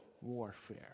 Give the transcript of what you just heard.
warfare